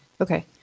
Okay